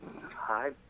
Hi